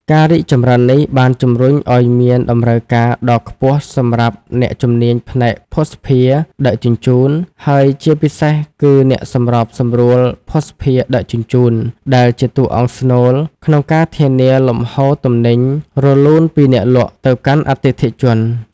ការរីកចម្រើននេះបានជំរុញឱ្យមានតម្រូវការដ៏ខ្ពស់សម្រាប់អ្នកជំនាញផ្នែកភស្តុភារដឹកជញ្ជូន ហើយជាពិសេសគឺអ្នកសម្របសម្រួលភស្តុភារដឹកជញ្ជូន ដែលជាតួអង្គស្នូលក្នុងការធានាលំហូរទំនិញរលូនពីអ្នកលក់ទៅកាន់អតិថិជន។